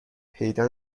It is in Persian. پیدا